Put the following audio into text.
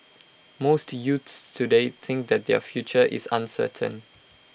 most youths today think that their future is uncertain